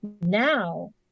Now